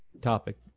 topic